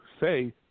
say